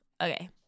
Okay